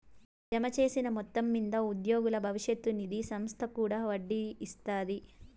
జమచేసిన మొత్తం మింద ఉద్యోగుల బవిష్యత్ నిది సంస్త కూడా ఒడ్డీ ఇస్తాది